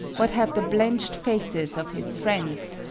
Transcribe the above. what have the blenched faces of his friends,